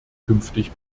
künftig